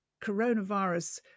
coronavirus